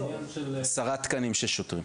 5 מיליון שקלים?